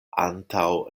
antaŭ